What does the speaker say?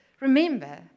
Remember